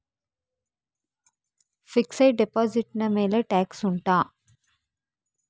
fixed deposit ನ ಮೇಲೆ tax ಉಂಟಾ